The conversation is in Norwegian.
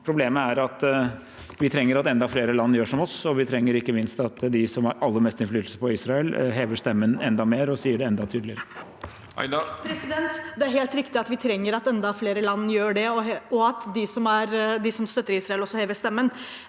Problemet er at vi trenger at enda flere land gjør som oss, og vi trenger ikke minst at de som har aller mest innflytelse på Israel, hever stemmen enda mer og sier det enda tydeligere. Seher Aydar (R) Det er helt riktig at vi trenger at enda flere land gjør det, og at de som støtter Israel, også hever stemmen.